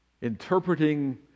interpreting